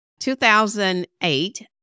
2008